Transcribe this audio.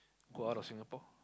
go out of Singapore